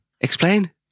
Explain